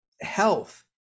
health